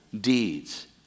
deeds